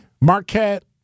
Marquette